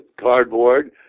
cardboard